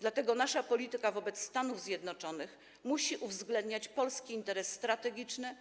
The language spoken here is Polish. Dlatego nasza polityka wobec Stanów Zjednoczonych musi uwzględniać polskie interesy strategiczne,